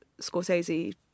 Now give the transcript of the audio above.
Scorsese